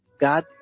God